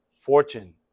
fortune